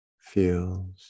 feels